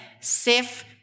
safe